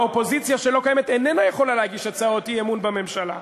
האופוזיציה שלא קיימת איננה יכולה להגיש הצעות אי-אמון בממשלה.